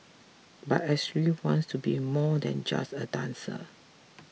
but Ashley wants to be more than just a dancer